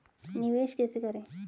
निवेश कैसे करें?